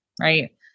Right